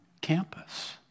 campus